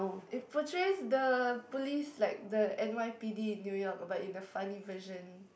it portrays the police like the N_Y_P_D in New York but in a funny version